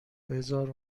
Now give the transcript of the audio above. بزار